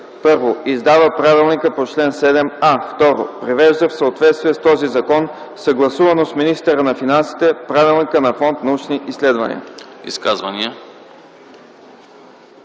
1. издава правилника по чл. 7а; 2. привежда в съответствие с този закон, съгласувано с министъра на финансите, Правилника на фонд „Научни изследвания”.”